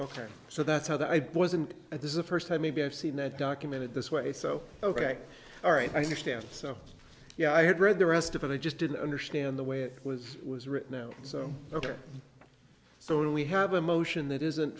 ok so that's how that i wasn't at this is the first time maybe i've seen that documented this way so ok all right i stand so yeah i had read the rest of it i just didn't understand the way it was was written out so ok so we have a motion that isn't